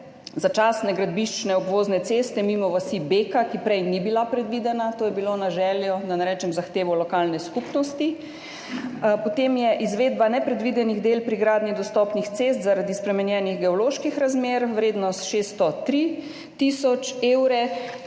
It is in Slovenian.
začasne gradbiščne obvozne ceste mimo vasi Beka, ki prej ni bila predvidena. To je bilo na željo, da ne rečem zahtevo, lokalne skupnosti. Potem je izvedba nepredvidenih del pri gradnji dostopnih cest zaradi spremenjenih geoloških razmer, vrednost 603 tisoč evrov.